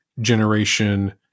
generation